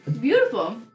beautiful